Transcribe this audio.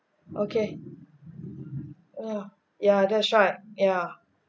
okay ya ya that's right ya